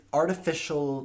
artificial